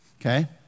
Okay